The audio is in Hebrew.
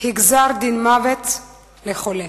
היא גזר-דין מוות לחולה.